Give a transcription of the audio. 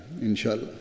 inshallah